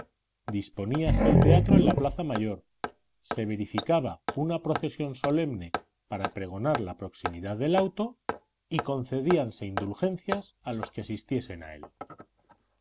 disponíase el teatro en la plaza mayor se verificaba una procesión solemne para pregonar la proximidad del auto y concedíanse indulgencias a los que asistiesen a él